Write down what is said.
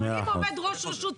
אבל אם עומד פה ראש רשות,